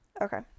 okay